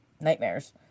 nightmares